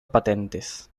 patentes